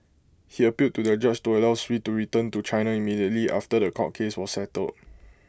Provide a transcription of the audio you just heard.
he appealed to the judge to allow Sui to return to China immediately after The Court case was settled